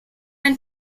and